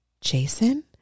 Jason